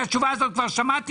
את התשובה הזאת כבר שמעתי,